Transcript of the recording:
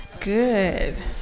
Good